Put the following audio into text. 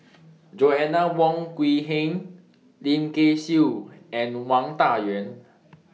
Joanna Wong Quee Heng Lim Kay Siu and Wang Dayuan